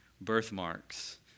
birthmarks